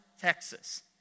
Texas